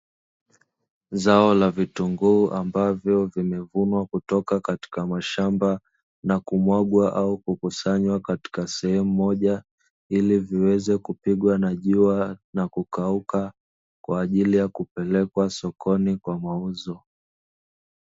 Zao la vitunguu ambavyo vimevunwa kutoka katika mashamba na kumwagwa au kukusanywa katika sehemu moja ili viweze kupigwa na jua na kukauka kwa ajili ya kupelekwa sokoni kwa mauzo.